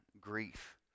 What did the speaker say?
grief